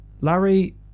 Larry